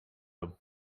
him